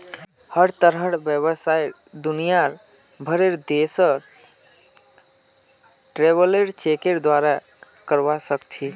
हर तरहर व्यवसाय दुनियार भरेर देशत ट्रैवलर चेकेर द्वारे करवा सख छि